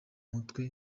mutwe